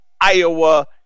Iowa